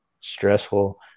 stressful